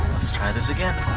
let's try this again!